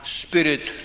spirit